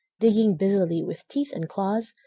digging busily with teeth and claws,